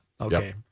Okay